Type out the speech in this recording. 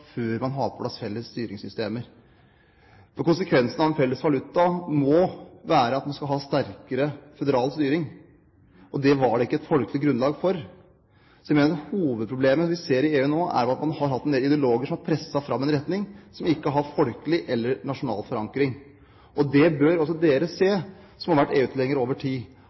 før man har fått på plass felles styringssystemer. Konsekvensene av en felles valuta må være at en skal ha sterkere føderal styring, og det var det ikke et folkelig grunnlag for. Så jeg mener at hovedproblemet som vi ser i EU nå, er at man har hatt en del ideologer som har presset fram en retning som ikke har hatt folkelig eller nasjonal forankring. Det bør også dere se, dere som har vært EU-tilhengere over tid,